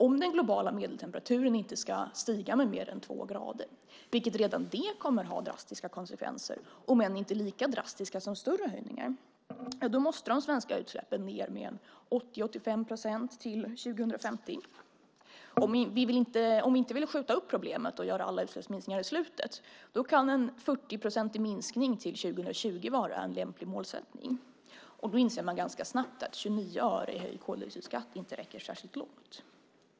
Om den globala medeltemperaturen inte ska stiga med mer än två grader - vilket redan det kommer att få drastiska konsekvenser, om än inte lika drastiska som vid större ökningar - måste de svenska utsläppen ned med 80-85 procent till 2050. Om vi inte vill skjuta upp problemet och göra alla utsläppsminskningar i slutet kan en 40-procentig minskning till 2020 vara en lämplig målsättning. Då inser man ganska snabbt att 29 öre i koldioxidskatt inte räcker särskilt långt.